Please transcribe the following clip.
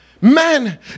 man